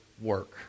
work